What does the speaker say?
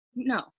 No